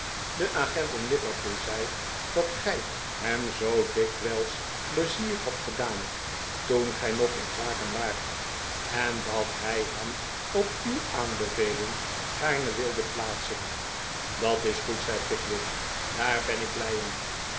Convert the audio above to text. de agent in liverpool zei dat gij hem zoo dikwijls pleizier hadt gedaan toen gij nog in zaken waart en dat hij hem op uw aanbeveling gaarne wilde plaatsen dat is goed zei pickwick daar ben ik blij om